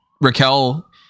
Raquel